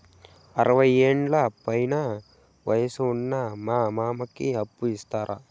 అరవయ్యేండ్ల పైన వయసు ఉన్న మా మామకి అప్పు ఇస్తారా